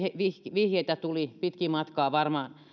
vihjeitä tuli pitkin matkaa varmaan